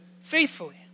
faithfully